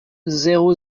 zéro